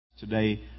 Today